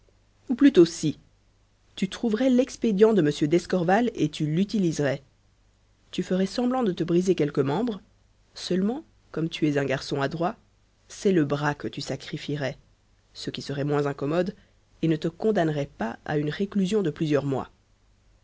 ou plutôt si tu trouverais l'expédient de m d'escorval et tu l'utiliserais tu ferais semblant de te briser quelque membre seulement comme tu es un garçon adroit c'est le bras que tu sacrifierais ce qui serait moins incommode et ne te condamnerait pas une réclusion de plusieurs mois